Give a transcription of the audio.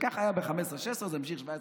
כך זה היה ב-2016-2015 וזה נמשך ב-2018-2017.